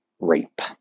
Rape